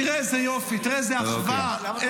תדחה את ההצבעה.